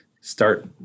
start